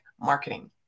marketing